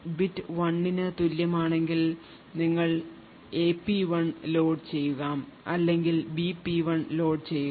bit 1 ന് തുല്യമാണെങ്കിൽ നിങ്ങൾ Ap1 ലോഡ് ചെയ്യുക അല്ലെങ്കിൽ Bp1 ലോഡ് ചെയ്യുക